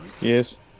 Yes